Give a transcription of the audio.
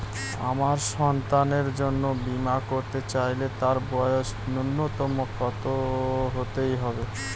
আমার সন্তানের জন্য বীমা করাতে চাইলে তার বয়স ন্যুনতম কত হতেই হবে?